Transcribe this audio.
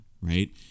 right